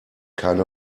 keine